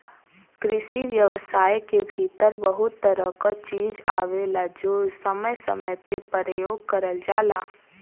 कृषि व्यवसाय के भीतर बहुत तरह क चीज आवेलाजो समय समय पे परयोग करल जाला